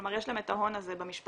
כלומר יש להם את ההון הזה במשפחה?